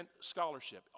scholarship